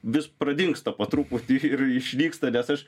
vis pradingsta po truputį ir išvyksta nes aš